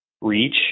reach